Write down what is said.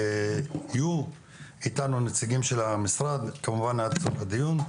יהיו איתנו נציגים של המשרד, כמובן, עד סוף הדיון.